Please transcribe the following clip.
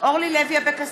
אורלי לוי אבקסיס,